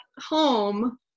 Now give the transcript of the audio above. home